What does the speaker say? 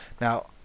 Now